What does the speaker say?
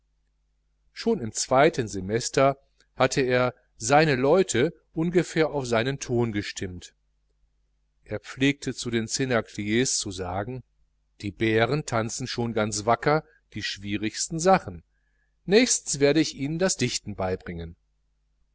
schon im zweiten semester hatte er seine leute ungefähr auf seinen ton gestimmt er pflegte zu den cnacliers zu sagen die bären tanzen schon ganz wacker die schwierigsten sachen nächstens werde ich ihnen das dichten beibringen